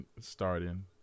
starting